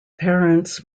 parents